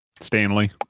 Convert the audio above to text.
Stanley